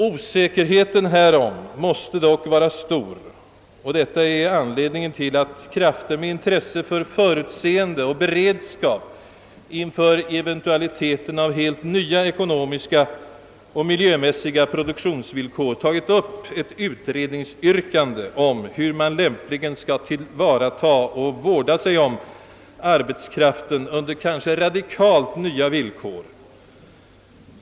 Osäkerheten härom måste dock vara stor och detta är anledningen till att krafter med intresse för förutseende och beredskap inför eventualiteten av helt nya ekonomiska miljömässiga produktionsvillkor tagit upp detta utredningsyrkande om hur man lämpligen skall tillvarata och vårda sig om arbetskraften under kanske radikalt nya villkor.